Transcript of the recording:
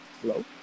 Hello